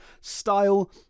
Style